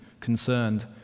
concerned